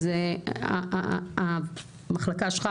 אז המחלקה שלך,